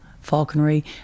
falconry